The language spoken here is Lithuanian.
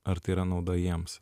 ar tai yra nauda jiems